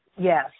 Yes